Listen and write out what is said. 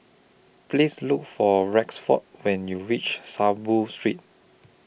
Please Look For Rexford when YOU REACH Saiboo Street